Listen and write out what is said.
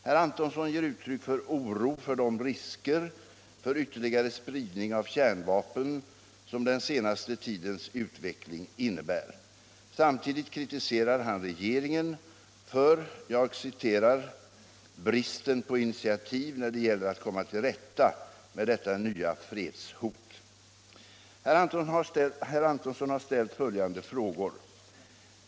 Herr Antonsson ger uttryck för oro för de risker för ytterligare spridning av kärnvapen som den senaste tidens utveckling innebär. Samtidigt kritiserar han regeringen för — jag citerar — ”bristen på initiativ när det gäller att komma till rätta med detta nya fredshot”. Herr Antonsson har ställt följande frågor till mig: ”1.